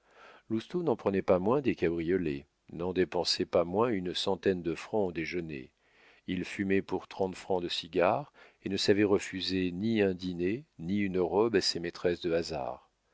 lousteau n'en prenait pas moins des cabriolets n'en dépensait pas moins une centaine de francs en déjeuners il fumait pour trente francs de cigares et ne savait refuser ni un dîner ni une robe à ses maîtresses de hasard